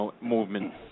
movement